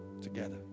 together